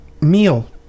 meal